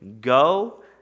go